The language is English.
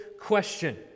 question